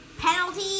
Penalty